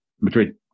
Madrid